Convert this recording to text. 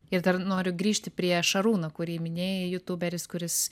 ir dar noriu grįžti prie šarūno kurį minėjai jutuberis kuris